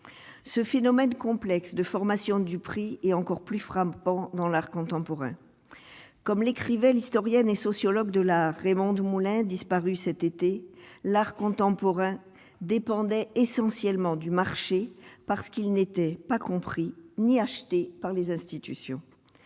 ce phénomène complexe de formation du prix est encore plus frappant dans l'art contemporain, comme l'écrivait l'historienne et sociologue de la Raymonde Moulin disparu cet été, l'art contemporain dépendait essentiellement du marché parce qu'il n'était pas compris ni acheté par les institutions,